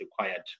required